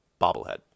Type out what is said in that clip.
bobblehead